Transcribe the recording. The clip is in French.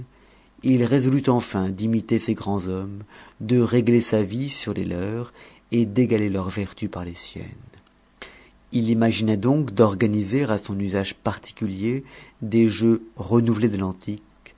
il résolut enfin d'imiter ces grands hommes de régler sa vie sur les leurs et d'égaler leurs vertus par les siennes il imagina donc d'organiser à son usage particulier des jeux renouvelés de